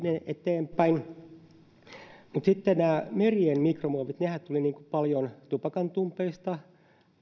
eteenpäin nämä merien mikromuovithan tulevat paljon tupakantumpeista